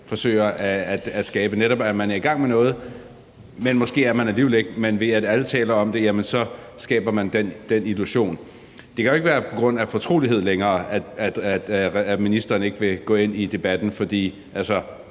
forsøger at skabe. Nemlig at man er i gang med noget, selv om man måske alligevel ikke er det, men ved at alle taler om det, skaber man den illusion. Det kan jo ikke længere være på grund af fortrolighed, at ministeren ikke vil gå ind i debatten, for man